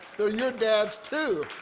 they're your dad's, too.